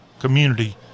community